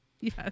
yes